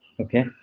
Okay